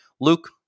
Luke